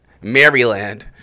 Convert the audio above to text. maryland